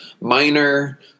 minor –